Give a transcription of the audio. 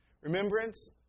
Remembrance